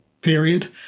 period